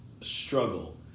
Struggle